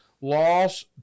loss